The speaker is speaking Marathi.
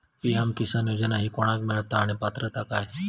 पी.एम किसान योजना ही कोणाक मिळता आणि पात्रता काय?